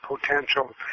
potential